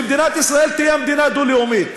שמדינת ישראל תהיה מדינה דו-לאומית,